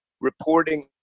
reporting